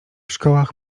szkołach